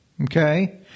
Okay